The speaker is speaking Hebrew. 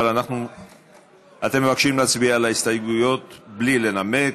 אבל אתם מבקשים להצביע על ההסתייגויות בלי לנמק.